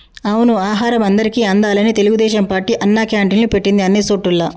అవును ఆహారం అందరికి అందాలని తెలుగుదేశం పార్టీ అన్నా క్యాంటీన్లు పెట్టింది అన్ని సోటుల్లా